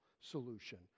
solution